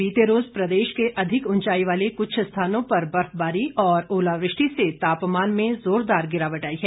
बीते रोज प्रदेश के अधिक ऊंचाई वाले कुछ स्थानों पर बर्फबारी और ओलावृष्टि से तापमान में जोरदार गिरावट आई है